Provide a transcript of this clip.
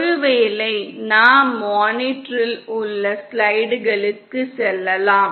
ஒருவேளை நாம் மானிட்டரில் உள்ள ஸ்லைடுகளுக்கு செல்லலாம்